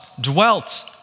dwelt